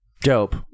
Dope